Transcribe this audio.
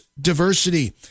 diversity